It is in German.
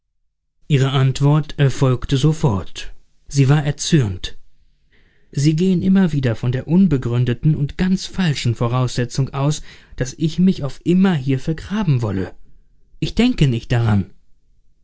ihre antwort erfolgte sofort sie war erzürnt sie gehen immer wieder von der unbegründeten und ganz falschen voraussetzung aus daß ich mich auf immer hier vergraben wolle ich denke nicht daran